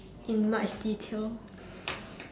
in much detail